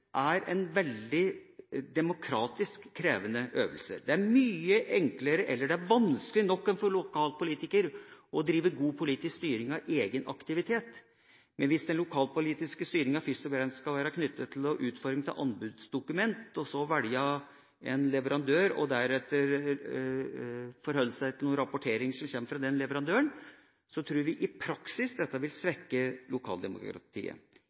er en veldig krevende øvelse. Det er vanskelig nok for en lokalpolitiker å drive god politisk styring av egen aktivitet, men hvis den lokalpolitiske styringa først og fremst skal være knyttet til å utforme anbudsdokumenter, velge en leverandør og deretter forholde seg til rapportering fra den leverandøren, tror vi at dette i praksis vil svekke lokaldemokratiet. I tillegg – dette